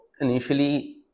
initially